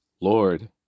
Lord